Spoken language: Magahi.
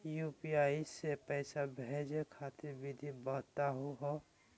यू.पी.आई स पैसा भेजै खातिर विधि बताहु हो?